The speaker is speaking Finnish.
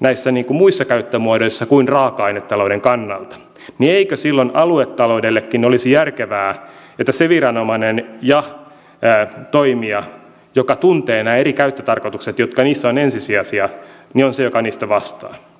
näissä muissa käyttömuodoissa kuin raaka ainetalouden kannalta niin eikö silloin aluetaloudellekin olisi järkevää että se viranomainen ja toimija joka tuntee nämä eri käyttötarkoitukset jotka niissä ovat ensisijaisia on se joka niistä vastaa